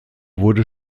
wurde